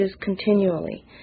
continually